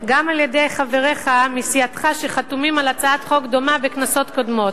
גם על-ידי חבריך מסיעתך שחתומים על הצעת חוק דומה בכנסות קודמות.